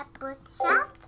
bookshop